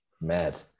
Mad